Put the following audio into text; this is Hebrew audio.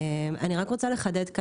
אני רוצה לחדד,